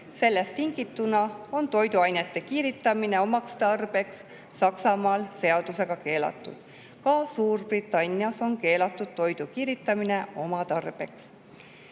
Sellest tingituna on toiduainete kiiritamine oma tarbeks Saksamaal seadusega keelatud. Ka Suurbritannias on keelatud toidu kiiritamine oma tarbeks.